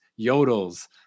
yodels